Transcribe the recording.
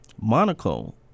Monaco